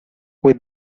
with